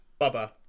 Bubba